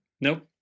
Nope